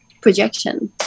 projection